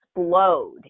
explode